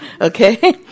okay